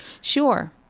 Sure